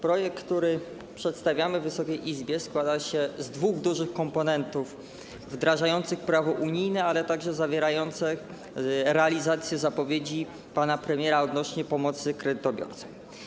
Projekt, który przedstawiamy Wysokiej Izbie, składa się z dwóch dużych komponentów wdrażających prawo unijne, ale także zawierających realizację zapowiedzi pana premiera odnośnie do pomocy kredytobiorcom.